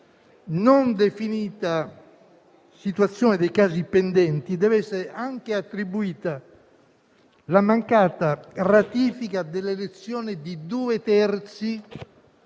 non definita situazione dei casi pendenti deve essere anche attribuita la mancata ratifica dell'elezione di due terzi